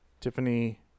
Tiffany